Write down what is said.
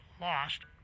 lost